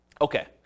Okay